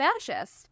fascist